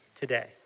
today